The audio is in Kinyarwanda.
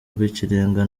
rw’ikirenga